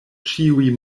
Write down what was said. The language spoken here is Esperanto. ĉiuj